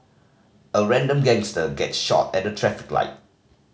a random gangster gets shot at a traffic light